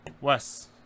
Wes